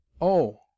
Oh